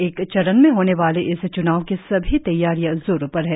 एक चरण में होने वाले इस च्नाव की सभी तैयारियां जोरो पर है